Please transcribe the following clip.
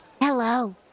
Hello